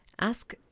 ask